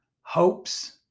hopes